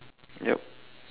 yup